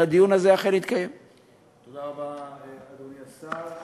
אפשר שיהיו תעודות זהות חכמות ולא יהיה מאגר מידע כזה.